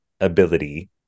ability